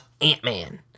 Ant-Man